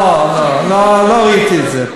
לא, לא ראיתי את זה.